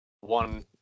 one